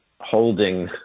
holding